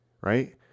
Right